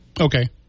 Okay